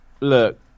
Look